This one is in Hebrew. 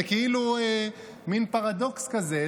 זה כאילו מין פרדוקס כזה,